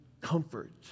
comfort